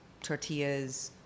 tortillas